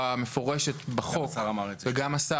מה גם שיש מאות מיליוני שקלים?